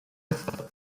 thought